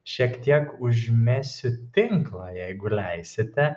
šiek tiek užmesiu tinklą jeigu leisite